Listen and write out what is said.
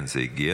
כן, זה הגיע.